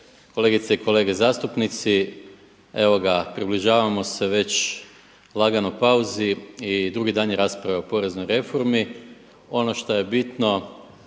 Kolegice i kolege zastupnici. Evo ga približavamo se već lagano pauzi i drugi dan je rasprave o poreznoj reformi. Ono što je bitno